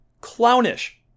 clownish